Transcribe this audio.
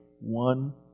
one